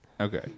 Okay